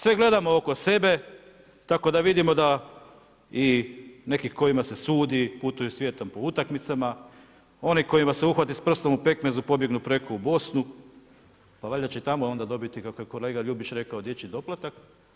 Sve gledamo oko sebe tako da vidimo da i neki kojima se sudi putuju svijetom po utakmicama, oni koje se uhvate s prstom u pekmezu pobjegnu preko u Bosnu, pa valjda će onda tamo dobiti kako je kolega Ljubić rekao dječji doplatak.